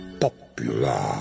popular